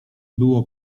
było